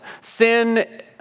Sin